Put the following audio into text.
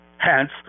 Hence